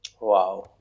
Wow